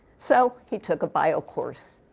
so he took a bio course.